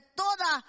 toda